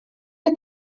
nie